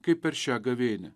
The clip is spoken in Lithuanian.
kaip per šią gavėnią